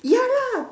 ya lah